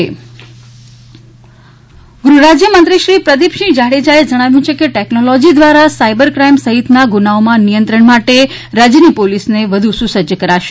cyber crime ગૃહ રાજ્ય મંત્રીશ્રી પ્રદિપસિંહ જાડેજાએ જણાવ્યુ છે કે ટેકનોલાજી દ્વારા સાયબર ક્રાઇમ સહિતના ગુનાઓમાં નિયંત્રણ માટે રાજ્યની પોલીસને વધુ સુસજ્જ કરાશે